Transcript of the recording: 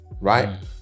right